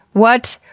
what?